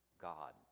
God